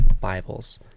Bibles